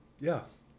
Yes